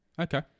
Okay